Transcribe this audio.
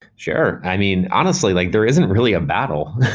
sure. i mean, honestly, like there isn't really a battle,